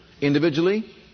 Individually